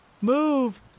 Move